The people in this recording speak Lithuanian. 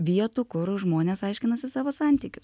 vietų kur žmonės aiškinasi savo santykius